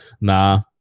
nah